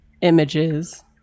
images